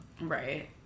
right